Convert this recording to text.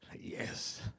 Yes